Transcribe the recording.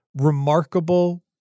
remarkable